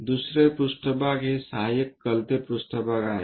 दुसरे पृष्ठभाग हे सहायक कलते पृष्ठभाग आहे